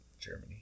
germany